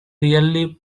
really